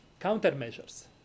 countermeasures